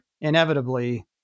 inevitably